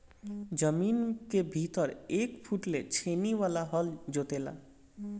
जमीन के भीतर एक फुट ले छेनी वाला हल जोते ला